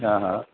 हां हां